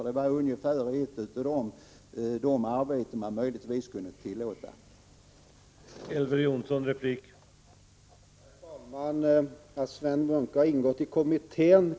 Det var ungefär sådana arbeten som möjligtvis kunde tillåtas för dem.